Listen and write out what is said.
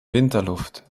winterluft